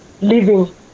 living